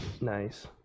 Nice